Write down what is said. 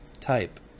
type